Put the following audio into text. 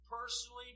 personally